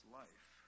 life